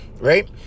Right